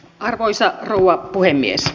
arvoisa rouva puhemies